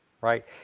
right